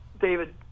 David